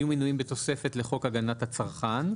יהיו מנויים בתוספת לחוק הגנת הצרכן,